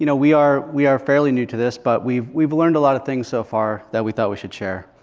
you know we are we are fairly new to this, but we've we've learned a lot of things so far that we thought we should share.